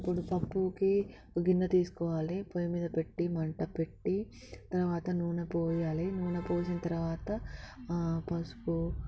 పొడి పప్పుకి గిన్నె తీసుకోవాలి పొయ్యి మీద పెట్టి మంట పెట్టి తర్వాత నూనె పోయాలి నూనె పోసిన తర్వాత పసుపు